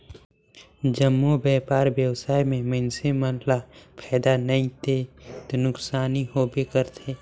जम्मो बयपार बेवसाय में मइनसे मन ल फायदा नइ ते नुकसानी होबे करथे